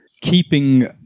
keeping